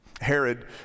Herod